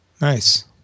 Nice